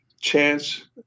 Chance